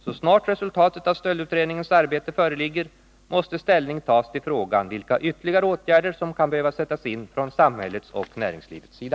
Så snart resultatet av stöldutredningens arbete föreligger måste ställning tas till frågan vilka ytterligare åtgärder som kan behöva sättas in från samhällets och näringslivets sida.